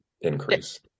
increase